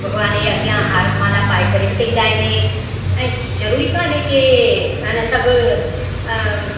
भॻिवान ये अॻियां हार माला पाए करे बि कंदा आहिनि ऐं ज़रूरी कोन्हे की माना सभु